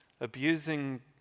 abusing